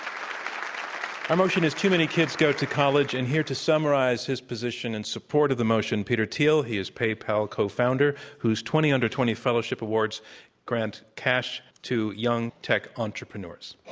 our motion is too many kids go to college, and here to summarize his position in support of the motion, peter thiel. he is paypal cofounder who's twenty under twenty fellowship awards grant cash to young tech entrepreneurs.